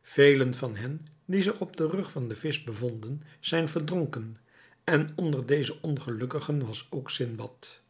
velen van hen die zich op den rug van den visch bevonden zijn verdronken en onder deze ongelukkigen was ook sindbad